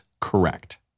correct